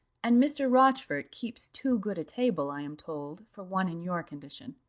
and mr. rochfort keeps too good a table, i am told, for one in your condition.